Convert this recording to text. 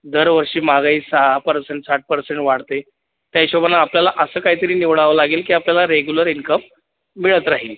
दरवर्षी महागाई सहा पर्सेंट सात पर्सेंट वाढते त्या हिशोबानं आपल्याला असं काहीतरी निवडावं लागेल की आपल्याला रेगुलर इन्कम मिळत राहील